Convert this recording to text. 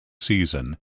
season